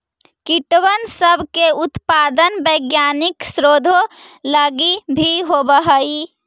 कीटबन सब के उत्पादन वैज्ञानिक शोधों लागी भी होब हई